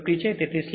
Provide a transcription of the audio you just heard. તેથી સ્લિપ 0